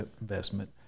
investment